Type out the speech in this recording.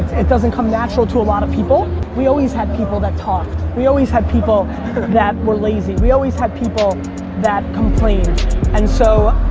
it doesn't come natural to a lot of people. we always had people that talked. we always had people that were lazy. we always had people that complained and so,